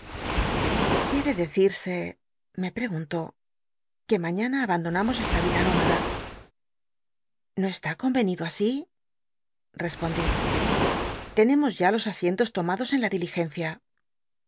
quierc decirsc me pregmlló que maiiana abandonamos esta vida nómada no est i convenido así espondi tenemos ya los asientos tomados en la diligencia